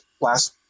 Last